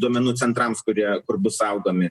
duomenų centrams kurie kur bus saugomi